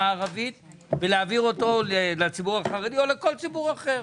הערבית ולהעבירו לציבור החרדי או לכל ציבור אחר,